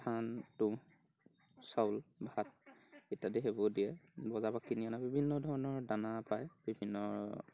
ধান তুঁহ চাউল ভাত ইত্য়াদি সেইবোৰ দিয়ে বজাৰৰপৰা কিনি অনা বিভিন্নধৰণৰ দানা পায় বিভিন্ন